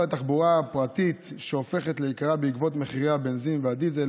לתחבורה הפרטית שהופכת ליקרה בעקבות מחירי הבנזין והדיזל.